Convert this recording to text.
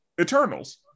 Eternals